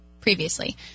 previously